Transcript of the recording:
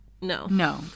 No